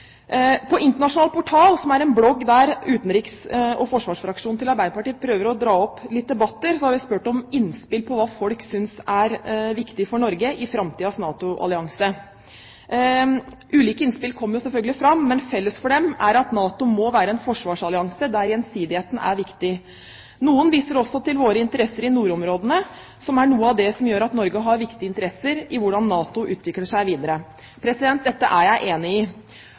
På Internasjonal Portal, som er en blogg der utenriks- og forsvarsfraksjonen til Arbeiderpartiet prøver å dra opp litt debatt, har vi spurt om innspill på hva folk synes er viktig for Norge i framtidens NATO-allianse. Det kommer selvfølgelig ulike innspill, men felles for dem er at NATO må være en forsvarsallianse der gjensidigheten er viktig. Noen viser også til våre interesser i nordområdene som noe av det som gjør det viktig for Norge hvordan NATO utvikler seg videre. Dette er jeg enig i.